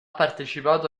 partecipato